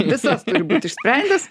visas turi būti išsprendęs